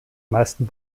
meisten